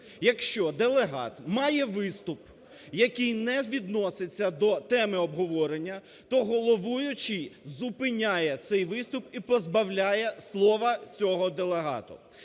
якщо делегат має виступ, який не відноситься до теми обговорення, то головуючий зупиняє цей виступ і позбавляє слова цього делегата.